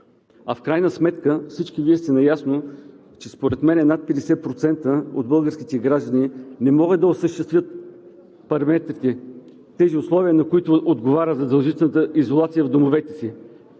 В крайна сметка всички Вие сте наясно, че според мен над 50% от българските граждани не могат да осъществят параметрите – тези условия, на които отговаря задължителната изолация – в домовете си.